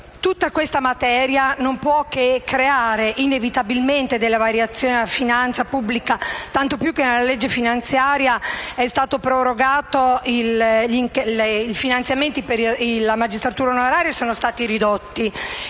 tutta questa materia non può che creare inevitabilmente variazioni alla finanza pubblica, tanto più che nella legge di stabilità i finanziamenti per la magistratura onoraria sono stati ridotti.